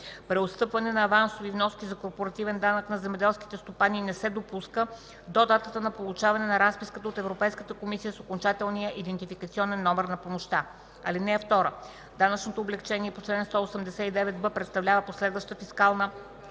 Преотстъпване на авансови вноски за корпоративен данък на земеделските стопани не се допуска до датата на получаване на разписката от Европейската комисия с окончателния идентификационен номер на помощта. (2) Данъчното облекчение по чл. 189б представлява последваща фискална